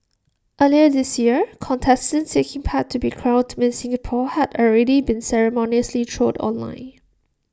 earlier this year contestants taking part to be crowned miss Singapore had already been ceremoniously trolled online